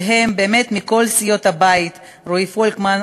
שהם באמת מכל סיעות הבית: רועי פולקמן,